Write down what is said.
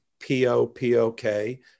P-O-P-O-K